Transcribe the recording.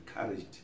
encouraged